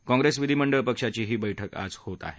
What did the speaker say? कॉंग्रेस विधीमंडळ पक्षाचीही बैठक आज होत आहे